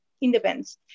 independence